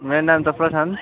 मेरो नाम त प्राशान्त